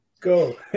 Go